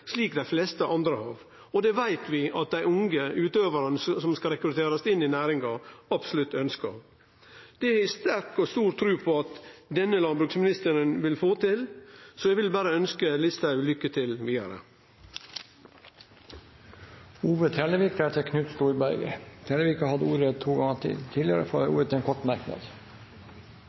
slik dei fleste andre har. Det veit vi at dei unge utøvarane som skal rekrutterast inn i næringa, absolutt ønskjer. Det har eg sterk og stor tru på at denne landbruksministeren vil få til. Eg vil berre ønskje Listhaug lukke til vidare. Representanten Ove Bernt Trellevik har hatt ordet to ganger tidligere og får ordet til en kort merknad,